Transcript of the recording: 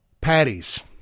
patties